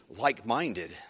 like-minded